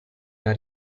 una